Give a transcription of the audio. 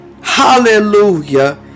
Hallelujah